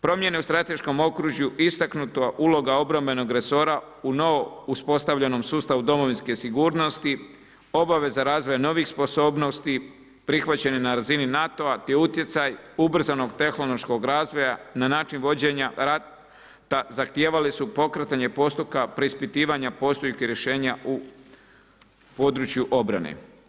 Promjene u strateškom okružju istaknuta uloga obrambenog resora u novo uspostavljenom sustavu domovinske sigurnosti, obaveza razvoja novih sposobnosti prihvaćene na razini NATO-a te utjecaj ubrzanog tehnološkog razvoja na način vođenja rata zahtijevali su pokretanje postupka preispitivanja postojećih rješenja u području obrane.